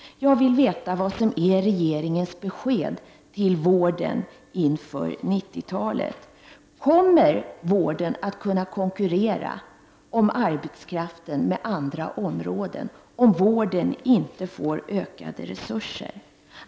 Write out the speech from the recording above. Jag vill veta vad som är regeringens besked till vården inför 90-talet. Kommer vården att kunna konkurrera med andra områden om arbetskraften om vården inte får ökade resurser?